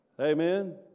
Amen